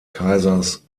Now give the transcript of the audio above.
kaisers